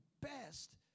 best